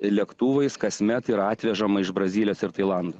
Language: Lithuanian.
lėktuvais kasmet yra atvežama iš brazilijos ir tailando